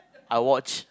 I watch